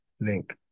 link